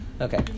Okay